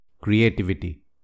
creativity